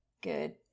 good